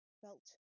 felt